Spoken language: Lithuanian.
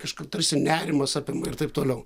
kažk tarsi nerimas apima ir taip toliau